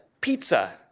pizza